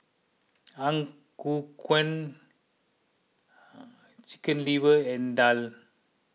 Ang Ku Kueh Chicken Liver and Daal